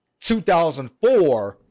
2004